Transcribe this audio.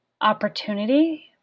opportunity